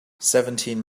seventeen